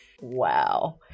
Wow